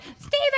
Stephen